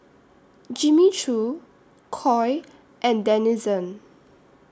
Jimmy Choo Koi and Denizen